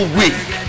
week